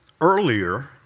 earlier